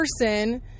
person